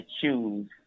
choose